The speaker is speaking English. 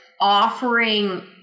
offering